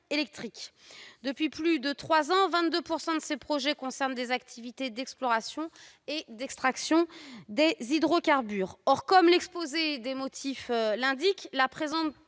électriques. Depuis plus de trois ans, 22 % de ces projets concernent des activités d'exploration et d'extraction d'hydrocarbures. Or, comme l'exposé des motifs l'indique, le présent